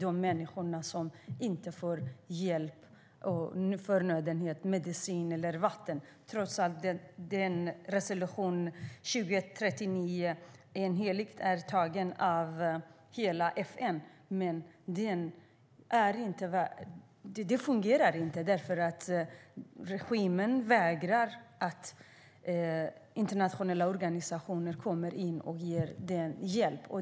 De människorna får inte någon hjälp, förnödenheter, medicin eller vatten trots att resolution 2139 har antagits enhälligt av hela FN. Men den fungerar inte eftersom regimen vägrar låta internationella organisationer komma in och ge hjälp.